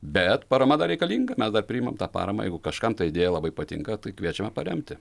bet parama dar reikalinga mes priimam tą paramą jeigu kažkam ta idėja labai patinka tai kviečiame paremti